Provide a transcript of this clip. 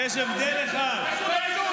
יש הבדל אחד, תתבייש לך.